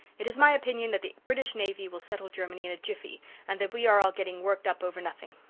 it is my opinion that the british navy will settle germany in a jiffy and that we are all getting worked up over nothing.